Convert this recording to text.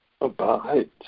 abides